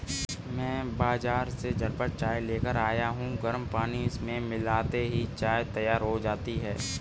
मैं बाजार से झटपट चाय लेकर आया हूं गर्म पानी में मिलाते ही चाय तैयार हो जाती है